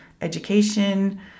education